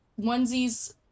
onesie's